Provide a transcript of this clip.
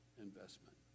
investment